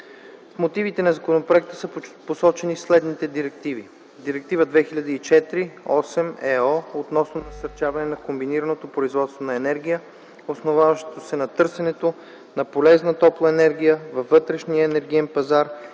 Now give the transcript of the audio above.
мотивите на законопроекта са посочени следните директиви: Директива 2004/8/ЕО относно насърчаване на комбинираното производство на енергия, основаващо се на търсенето на полезна топлоенергия във вътрешния енергиен пазар